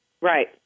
right